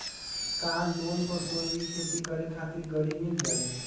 का लोन पर कोई भी खेती करें खातिर गरी मिल जाइ?